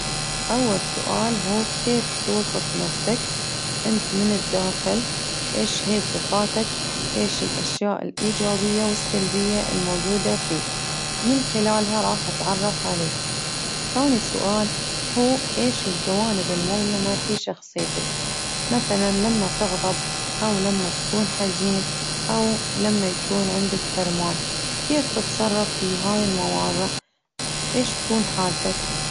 أول سؤال هو كيف توصف نفسك؟ إنت من الداخل إيش هي صفاتك؟ إيش الأشياء الإيجابية والسلبية الموجودة فيك؟ من خلالها راح أتعرف عليه، ثاني سؤال هو أيش الجوانب المظلمة في شخصيتك؟ مثلا لما أو لما تكون حزين، أو لما يكون عندك حرمان، كيف تتصرف في هاي المواضع؟ إيش تكون حالتك.